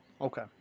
Okay